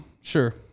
Sure